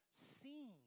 seen